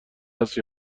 است